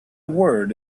word